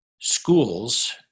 schools